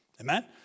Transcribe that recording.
Amen